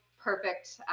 perfect